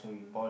uh